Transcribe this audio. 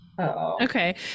Okay